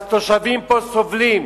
התושבים פה סובלים.